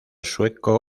sueco